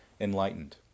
enlightened